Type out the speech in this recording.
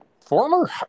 Former